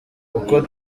kuko